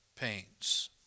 pains